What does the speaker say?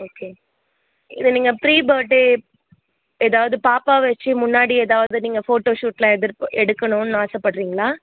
okay இல்லை நீங்கள் pre birthday ஏதாவது பாப்பா வச்சு முன்னாடி ஏதாவது நீங்கள் ஃபோட்டோ ஷூடெலாம் எதிர் எடுக்கணுன்னு ஆசைப்பட்றீங்களா